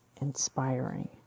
inspiring